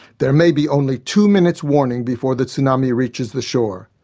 there may be only two minutes warning before the tsunami reaches the shore.